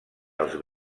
els